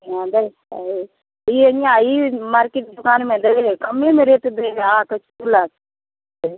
ई market दोकान मे कमे मे रेट दै अहाँ